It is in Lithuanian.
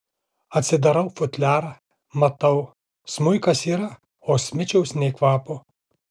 atsidarau futliarą matau smuikas yra o smičiaus nė kvapo